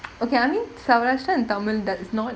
okay I mean savrasyan and tamil that is not